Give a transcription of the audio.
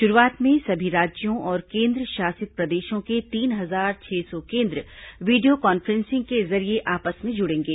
शुरूआत में सभी राज्यों और केंद्रशासित प्रदेशों के तीन हजार छह सौ केन्द्र वीडियो कॉन्फ्रेंसिंग के जरिये आपस में जुड़ेंगे